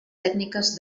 tècniques